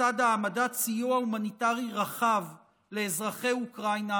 בצד העמדת סיוע הומניטרי רחב לאזרחי אוקראינה